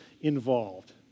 involved